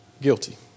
Guilty